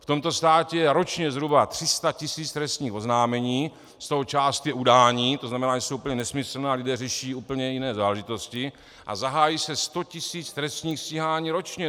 V tomto státě je ručně zhruba 300 tisíc trestních oznámení, z toho část je udání, to znamená, že jsou úplně nesmyslná, kde řeší úplně jiné záležitosti, a zahájí se 100 tisíc trestních stíhání ročně.